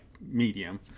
medium